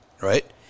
Right